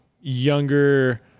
younger